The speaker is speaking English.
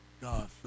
God